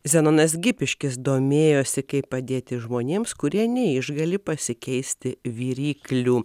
zenonas gipiškis domėjosi kaip padėti žmonėms kurie neišgali pasikeisti viryklių